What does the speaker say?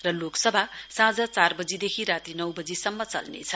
र लोकसभा साँझ चार बजीदेखि राती नौबजीसम्म चल्नेछ